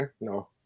No